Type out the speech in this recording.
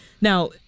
Now